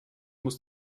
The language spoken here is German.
muss